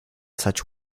such